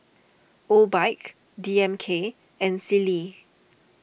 Obike D M K and Sealy